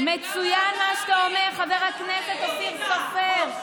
מצוין מה שאתה אומר, חבר הכנסת אופיר סופר.